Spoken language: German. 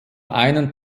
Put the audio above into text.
einen